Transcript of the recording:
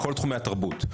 בכל תחומי התרבות,